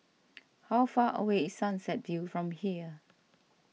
how far away is Sunset View from here